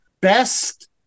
best